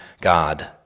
God